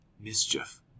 Mischief